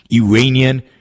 Iranian